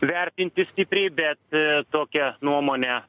vertinti stipriai bet tokią nuomonę